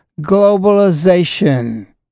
globalization